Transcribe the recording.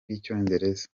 rw’icyongereza